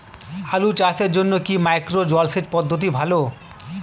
আলু চাষের জন্য কি মাইক্রো জলসেচ পদ্ধতি ভালো?